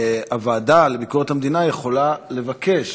הוועדה לביקורת המדינה יכולה לבקש